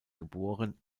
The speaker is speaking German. geboren